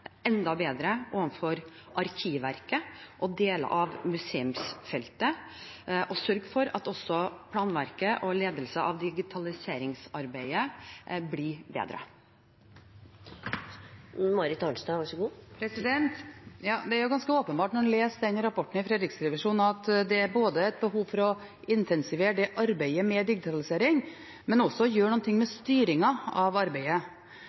enda bedre overfor Arkivverket og deler av museumsfeltet, og sørge for at også planverket og ledelsen av digitaliseringsarbeidet blir bedre. Det er ganske åpenbart når man leser rapporten fra Riksrevisjonen at det er et behov for å intensivere arbeidet med digitalisering, men også for å gjøre noe med styringen av arbeidet.